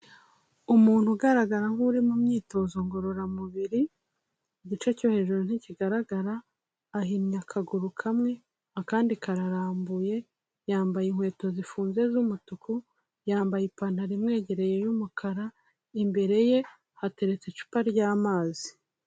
Umuntu ugaragara nk'uri mu myitozo ngororamubiri, igice cyo hejuru ntikigaragara, ahinnye akaguru kamwe, akandi kararambuye, yambaye inkweto zifunze z'umutuku, yambaye ipantaro imwegereye y'umukara, imbere ye hateretse icupa ry'amazi.